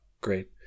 Great